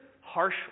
Harsh